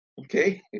Okay